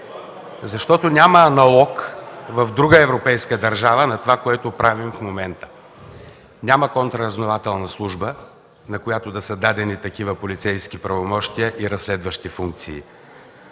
Защото няма аналог в друга европейска държава на това, което правим в момента. Няма контраразузнавателна служба, на която да са дадени такива полицейски правомощия и разследващи функции.